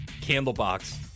Candlebox